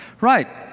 right.